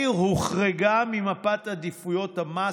העיר הוחרגה ממפת עדיפויות המס,